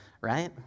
right